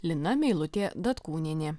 lina meilutė datkūnienė